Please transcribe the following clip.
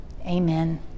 Amen